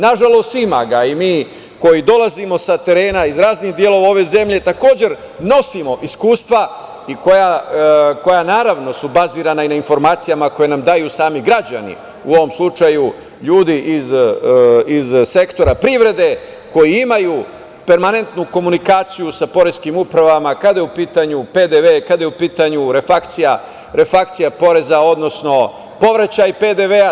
Nažalost, ima ga i mi koji dolazimo sa terena, iz raznih delova ove zemlje, takođe nosimo iskustva koja su naravno bazirana i na informacijama koje nam daju sami građani, u ovom slučaju ljudi iz sektora privrede, koji imaju permanentnu komunikaciju sa poreskim upravama, kada je u pitanju PDV, kada je u pitanju refrakcija poreza, odnosno povraćaj PDV-a.